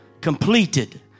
completed